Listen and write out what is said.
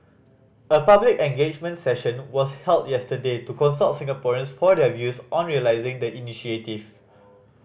a public engagement session was held yesterday to consult Singaporeans for their views on realising the initiative